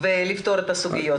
ולפתור את הסוגיות האלה.